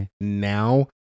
now